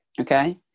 okay